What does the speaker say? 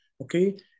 okay